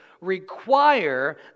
require